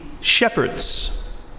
shepherds